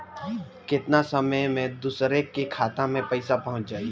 केतना समय मं दूसरे के खाता मे पईसा पहुंच जाई?